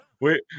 Wait